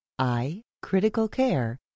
iCriticalCare